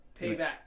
Payback